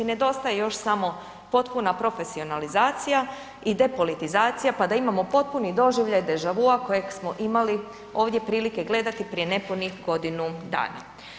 Nedostaje još samo potpuna profesionalizacija i depolitizacija, pa da imamo potpuni doživljaj deja-vu-a kojeg smo imali ovdje prilike gleda prije nepunih godinu dana.